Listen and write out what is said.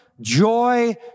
joy